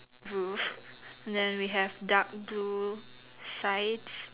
roof then we have dark blue sides